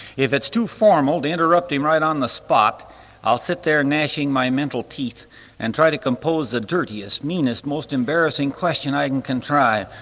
if it's too formal to interrupt him right on the spot i'll sit there gnashing my mental teeth and try to compose the dirtiest meanest most embarrassing question i can contrive.